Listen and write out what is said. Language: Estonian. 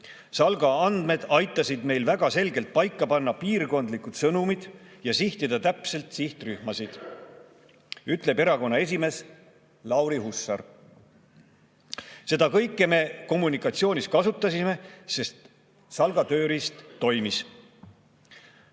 "Salga andmed aitasid meil väga selgelt paika panna piirkondlikud sõnumid ja sihtida täpselt ka sihtrühmasid," ütleb erakonna esimees Lauri Hussar. "Seda kõike me kommunikatsioonis kasutasime, sest Salga tööriist toimis."